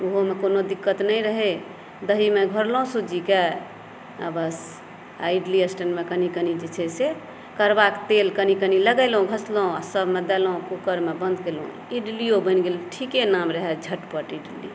ओहोमे कोनो दिक्कत नहि रहय दहीमें घोरलहुँ सूजीके आ बस इडली स्टैंडमे जे कनि कनि जे छै से कड़ुवाक तेल कनि कनि लगेलहुँ घसलहुँ आ सभमे देलहुँ कूकरमें बंद केलहुँ इडलियो बनि गेल ठीके नाम रहय झटपट इडली